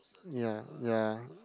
ya ya